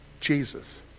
Jesus